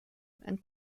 and